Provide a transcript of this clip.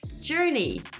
journey